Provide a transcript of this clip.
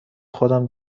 خودم